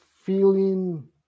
feeling